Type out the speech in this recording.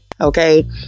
Okay